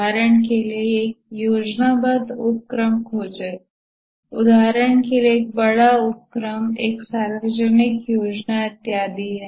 उदाहरण के लिए एक योजनाबद्ध उपक्रम खोजें उदाहरण के लिए एक बड़ा उपक्रम एक सार्वजनिक योजना इत्यादि है